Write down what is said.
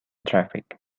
traffic